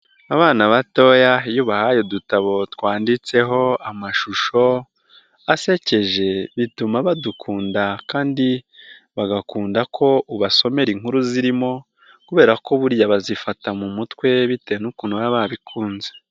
Abana batoya iyo ubahaye udutabo twanditseho amashusho, asekeje bituma badukunda kandi bagakunda ko ubasomera inkuru zirimo kubera ko burya bazifata mu mutwe bitewe n'ukuntu baba babikunze.